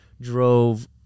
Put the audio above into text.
drove